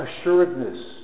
assuredness